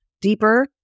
deeper